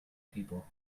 people